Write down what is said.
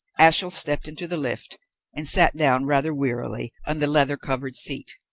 ashiel stepped into the lift and sat down rather wearily on the leather-covered seat.